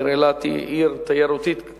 והעיר אילת היא עיר תיירותית,